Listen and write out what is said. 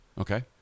Okay